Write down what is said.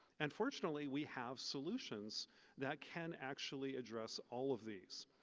and fortunately, we have solutions that can actually address all of these.